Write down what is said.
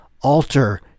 alter